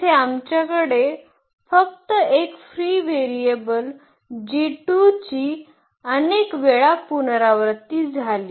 येथे आमच्याकडे फक्त एक फ्री व्हेरिएबल जी 2 ची अनेक वेळा पुनरावृत्ती झाली